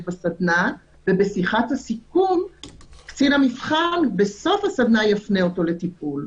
בסדנה ובשיחת הסיכום קצין המבחן בסוף הסדנה יפנה אותו לטיפול.